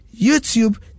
YouTube